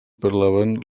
parlaven